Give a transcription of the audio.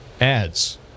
ads